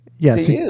Yes